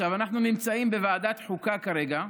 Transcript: אנחנו נמצאים בוועדת חוקה כרגע,